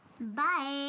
bye